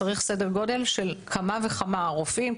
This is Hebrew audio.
צריך סדר גודל של כמה וכמה רופאים,